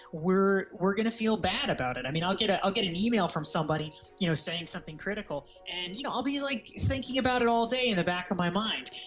we're we're going to feel bad about it, i mean i'll get ah i'll get an email from somebody you know saying something critical and you know i'll be like thinking about it all day in the back of my mind,